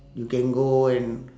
you can go and